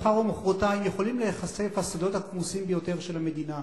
מחר או מחרתיים יכולים להיחשף הסודות הכמוסים ביותר של המדינה,